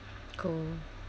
cool